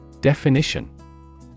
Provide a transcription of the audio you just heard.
Definition